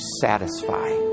satisfy